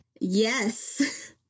Yes